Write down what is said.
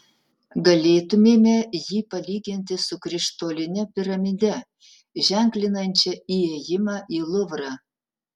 galėtumėme jį palyginti su krištoline piramide ženklinančia įėjimą į luvrą